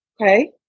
Okay